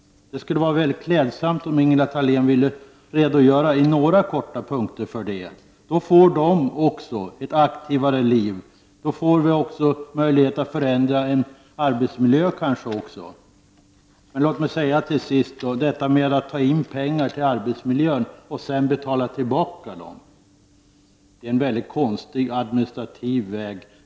Det skulle vara väldigt klädsamt, om Ingela Thalén ville redogöra i några korta punkter för det. Om ni ställer upp på våra förslag skulle de glömda svenskarna få ett aktivare liv. Kanske skulle det också ge möjligheter att förbättra arbetsmiljön. Låt mig säga till sist: Detta med att ta in pengar till arbetsmiljön och sedan betala tillbaka dem är en väldigt konstig administrativ väg.